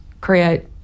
create